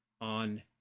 on